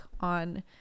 on